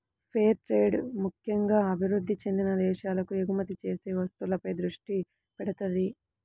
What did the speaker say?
fair trade ముక్కెంగా అభివృద్ధి చెందిన దేశాలకు ఎగుమతి చేసే వస్తువులపై దృష్టి పెడతది